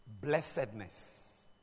blessedness